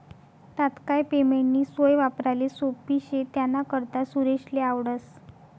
तात्काय पेमेंटनी सोय वापराले सोप्पी शे त्यानाकरता सुरेशले आवडस